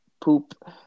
poop